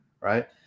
right